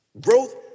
Growth